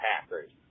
Packers